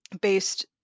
based